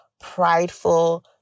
prideful